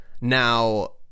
Now